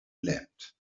leapt